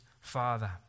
father